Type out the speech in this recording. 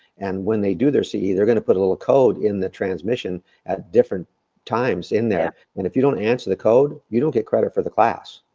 and when they do their ce, they're gonna put a little code in the transmission at different times in there, and if you don't answer the code, you don't get credit for the class.